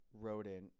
rodent